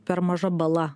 per maža bala